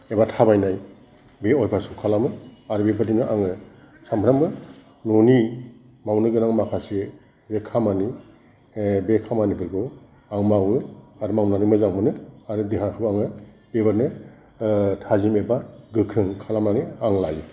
एबा थाबायनाय बे अभ्यासखौ खालामो आरो बेबायदिनो आङो सानफ्रामबो न'नि मावनो गोनां माखासे जे खामानि ए बे खामानिफोरखौ आं मावो आरो मावनानै मोजां मोनो आरो देहाखौ आङो बेबायदिनो थाजिम एबा गोख्रों खालामनानै आं लायो